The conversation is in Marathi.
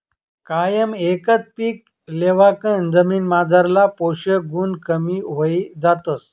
कायम एकच पीक लेवाकन जमीनमझारला पोषक गुण कमी व्हयी जातस